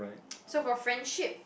so for friendship